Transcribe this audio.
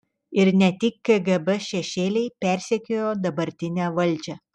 ir ne tik kgb šešėliai persekiojo dabartinę valdžią